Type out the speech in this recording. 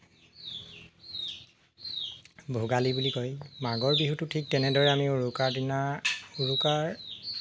ভোগালী বুলি কয় মাঘৰ বিহুতো ঠিক তেনেদৰে আমি উৰুকাৰ দিনা উৰুকাৰ